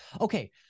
okay